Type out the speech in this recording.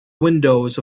windows